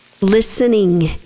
listening